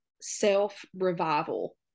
self-revival